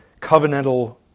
covenantal